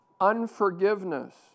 unforgiveness